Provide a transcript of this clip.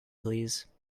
please